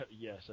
Yes